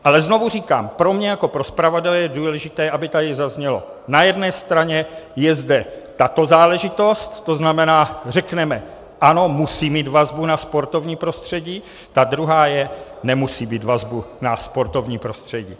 Ale znovu říkám, pro mě jako pro zpravodaje je důležité, aby tady zaznělo, že na jedné straně je zde tato záležitost, to znamená, řekneme ano, musí mít vazbu na sportovní prostředí, ta druhá je, že nemusí mít vazbu na sportovní prostředí.